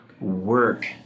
work